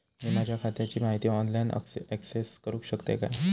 मी माझ्या खात्याची माहिती ऑनलाईन अक्सेस करूक शकतय काय?